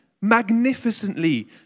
magnificently